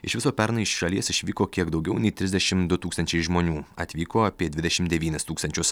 iš viso pernai iš šalies išvyko kiek daugiau nei trisdešim du tūkstančiai žmonių atvyko apie dvidešim devynis tūkstančius